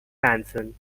manson